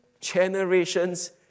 generations